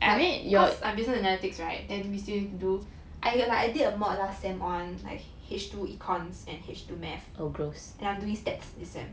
cause I'm business analytics right then we still need to do like I did a mod last sem on like H two econs and H two math and I'm doing stats this sem